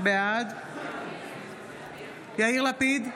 בעד יאיר לפיד,